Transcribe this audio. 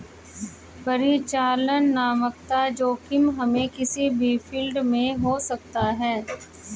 परिचालनात्मक जोखिम हमे किसी भी फील्ड में हो सकता है